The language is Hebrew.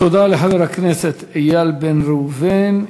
תודה לחבר הכנסת איל בן ראובן.